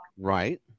Right